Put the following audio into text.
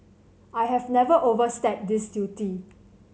I have never overstepped this duty